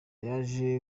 yaje